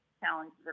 challenges